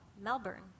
Melbourne